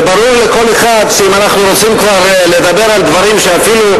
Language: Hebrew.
וברור לכל אחד שאם אנחנו רוצים כבר לדבר על דברים שאפילו,